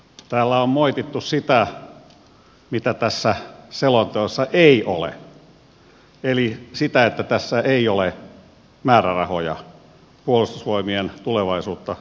täällä on moitittu sitä mitä tässä selonteossa ei ole eli sitä että tässä ei ole määrärahoja puolustusvoimien tulevaisuutta silmällä pitäen